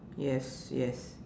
yes yes